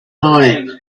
time